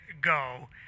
go